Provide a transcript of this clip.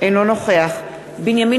אינו נוכח בנימין